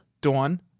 Dawn